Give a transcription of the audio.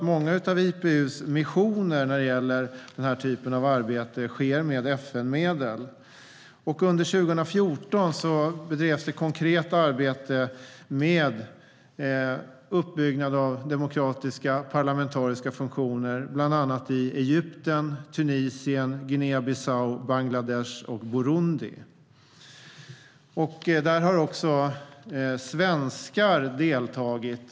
Många av IPU:s missioner för den typen av arbete sker med hjälp av FN-medel. Under 2014 bedrevs ett konkret arbete med uppbyggnad av demokratiska parlamentariska funktioner i bland annat Egypten, Tunisien, Guinea-Bissau, Bangladesh och Burundi. Där har också svenskar deltagit.